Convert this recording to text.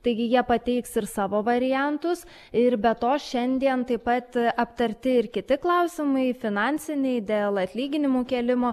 taigi jie pateiks ir savo variantus ir be to šiandien taip pat aptarti ir kiti klausimai finansiniai dėl atlyginimų kėlimo